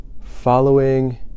following